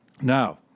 Now